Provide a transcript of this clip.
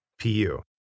PU